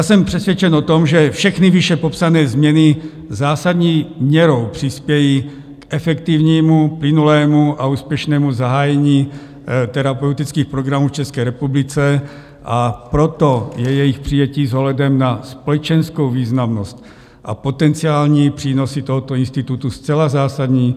Jsem přesvědčen o tom, že všechny výše popsané změny zásadní měrou přispějí k efektivnímu, plynulému a úspěšnému zahájení terapeutických programů v České republice, a proto je jejich přijetí s ohledem na společenskou významnost a potenciální přínosy tohoto institutu zcela zásadní.